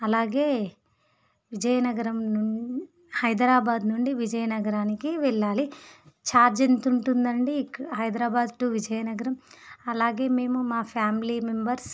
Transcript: అలాగే విజయనగరం హైదరాబాదు నుండి విజయనగరానికి వెళ్ళాలి చార్జ్ ఎంత ఉంటుంది అండి హైదరాబాద్ టు విజయనగరం అలాగే మేము మా ఫ్యామిలీ మెంబర్స్